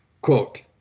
Quote